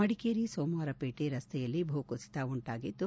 ಮಡಿಕೇರಿ ಸೋಮವಾರಪೇಟೆ ರಸ್ತೆಯಲ್ಲಿ ಭೂ ಕುಸಿತ ಉಂಟಾಗಿದ್ದು